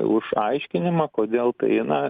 už aiškinimą kodėl tai na